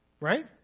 Right